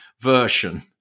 version